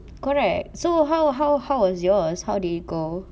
correct so how how how was yours how did it go